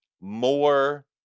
more